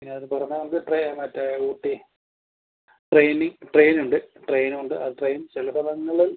പിന്നെ അത് തുറന്നാൽ നമുക്ക് ട്രെയിൻ മറ്റേ ഊട്ടി ട്രെയിൻ ട്രെയിൻ ഉണ്ട് ട്രെയിനും ഉണ്ട് ആ ട്രെയിൻ ചില സ്ഥലങ്ങളിൽ